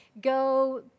Go